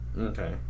Okay